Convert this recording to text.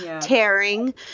tearing